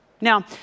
Now